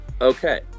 okay